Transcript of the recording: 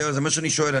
זה מה שאני שואל.